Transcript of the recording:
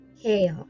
chaos